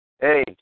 Hey